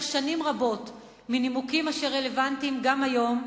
שנים רבות מנימוקים אשר רלוונטיים גם היום,